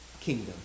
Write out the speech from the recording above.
kingdom